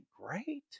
great